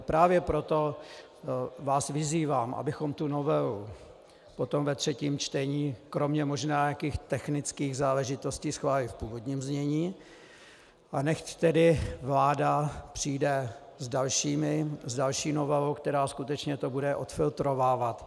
Právě proto vás vyzývám, abychom tu novelu potom ve třetím čtení kromě možná nějakých technických záležitostí schválili v původním znění, a nechť tedy vláda přijde s další novelou, která skutečně to bude odfiltrovávat.